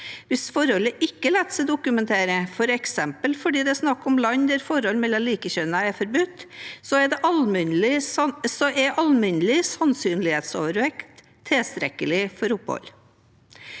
Hvis forholdet ikke lar seg dokumentere, f.eks. fordi det er snakk om land der forhold mellom likekjønnede er forbudt, er alminnelig sannsynlighetsovervekt tilstrekkelig for opphold.